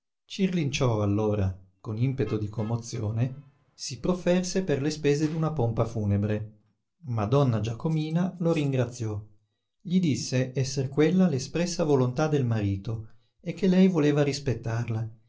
cirlinciò allora con impeto di commozione si profferse per le spese d'una pompa funebre ma donna giacomina lo ringraziò gli disse esser quella l'espressa volontà del marito e che lei voleva rispettarla